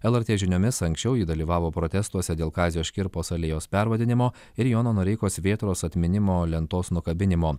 lrt žiniomis anksčiau ji dalyvavo protestuose dėl kazio škirpos alėjos pervadinimo ir jono noreikos vėtros atminimo lentos nukabinimo